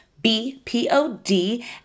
B-P-O-D